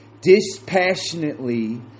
dispassionately